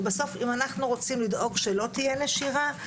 ובסוף אם אנחנו רוצים לדאוג שלא תהיה נשירה,